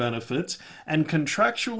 benefits and contractual